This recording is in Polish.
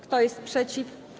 Kto jest przeciw?